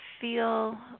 feel